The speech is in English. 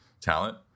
talent